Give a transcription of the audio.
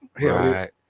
right